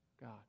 God